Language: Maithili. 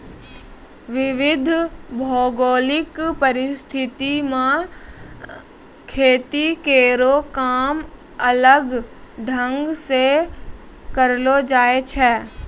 विविध भौगोलिक परिस्थिति म खेती केरो काम अलग ढंग सें करलो जाय छै